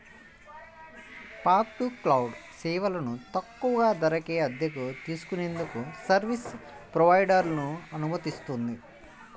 fog to cloud సేవలను తక్కువ ధరకే అద్దెకు తీసుకునేందుకు సర్వీస్ ప్రొవైడర్లను అనుమతిస్తుంది